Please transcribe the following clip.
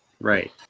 Right